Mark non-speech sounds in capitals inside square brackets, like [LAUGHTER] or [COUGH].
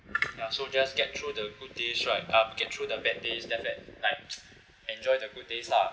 ya so just get through the good days right uh get through the bad days then bad like [NOISE] enjoy the good days lah